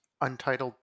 Untitled